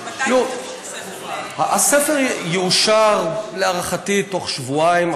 מתי, הספר יאושר, להערכתי, בתוך שבועיים.